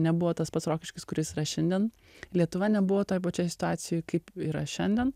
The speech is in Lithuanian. nebuvo tas pats rokiškis kuris yra šiandien lietuva nebuvo toj pačioj situacijoj kaip yra šiandien